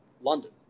london